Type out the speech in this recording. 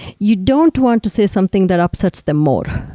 you don't want to say something that upsets them more,